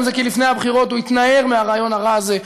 היא כי לפני הבחירות הוא התנער מהרעיון הרע הזה.